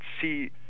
see